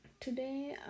Today